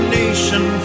nation